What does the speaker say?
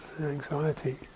Anxiety